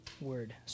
word